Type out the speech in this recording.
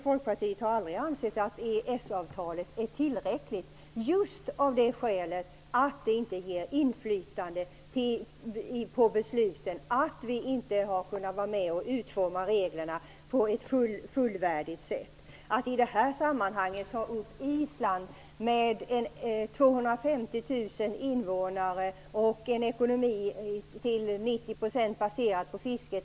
Folkpartiet har på grund av att EES-avtalet inte medför något inflytande på besluten aldrig ansett att det är tillräckligt. Vi har inte kunnat vara med om att utforma reglerna i tillräckligt stor omfattning. Det är inte relevant att i detta sammanhang ta upp Island som har 250 000 invånare och en ekonomi som till 90 % är baserad på fiske.